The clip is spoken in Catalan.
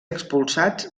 expulsats